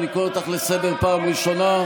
אני קורא אותך לסדר פעם ראשונה.